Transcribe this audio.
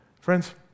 Friends